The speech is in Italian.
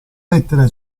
lettera